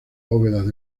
bóvedas